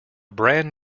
brand